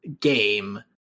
game